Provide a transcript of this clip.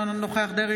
אינו נוכח יעקב אשר,